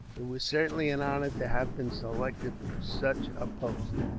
it was certainly an honor, to have been selected for such a post.